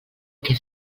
què